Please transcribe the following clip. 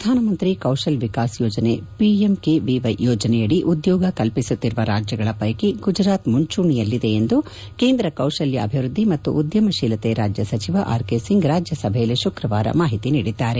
ಪ್ರಧಾನಮಂತಿ ಕೌಶಲ್ ವಿಕಾಸ್ ಯೋಜನೆ ಪಿಎಂಕೆವಿವೈ ಯೋಜನೆಯಡಿ ಉದ್ಯೋಗ ಕಲ್ಪಿಸುತ್ತಿರುವ ರಾಜ್ಯಗಳ ಪೈಕಿ ಗುಜರಾತ್ ಮುಂಚೂಣಿಯಲ್ಲಿದೆ ಎಂದು ಕೇಂದ್ರ ಕೌಶಲಾಭಿವ್ಬದ್ದಿ ಮತ್ತು ಉದ್ಯಮಶೀಲತೆ ರಾಜ್ಯ ಸಚಿವ ಆರ್ ಕೆ ಸಿಂಗ್ ರಾಜ್ಯಸಭೆಯಲ್ಲಿ ಶುಕ್ರವಾರ ಮಾಹಿತಿ ನೀಡಿದ್ದಾರೆ